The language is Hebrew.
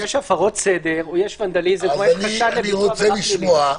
אם יש הפרות סדר או יש ונדליזם או יש חשד לעבירה פלילית,